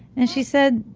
and she said,